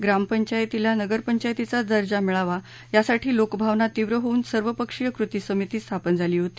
ग्रामपंचायतीला नगरपंचायतीचा दर्जा मिळावा यासाठी लोकभावना तीव्र होवून सर्वपक्षीय कृती समिती स्थापन झाली होती